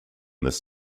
this